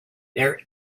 there